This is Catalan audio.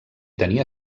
tenia